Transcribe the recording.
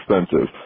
expensive